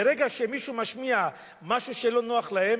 ברגע שמישהו משמיע משהו שלא נוח להם,